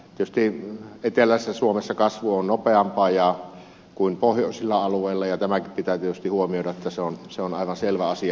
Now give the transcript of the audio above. tietysti eteläisessä suomessa kasvu on nopeampaa kuin pohjoisilla alueilla ja tämäkin pitää tietysti huomioida että se on aivan selvä asia